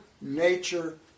nature